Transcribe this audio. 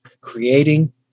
creating